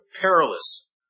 perilous